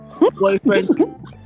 boyfriend